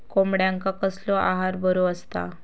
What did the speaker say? कोंबड्यांका कसलो आहार बरो असता?